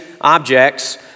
objects